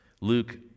Luke